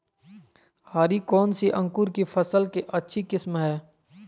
हरी कौन सी अंकुर की फसल के अच्छी किस्म है?